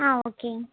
ஆ okay